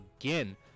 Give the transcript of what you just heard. again